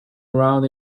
around